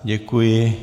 Děkuji.